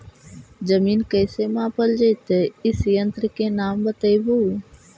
जमीन कैसे मापल जयतय इस यन्त्र के नाम बतयबु?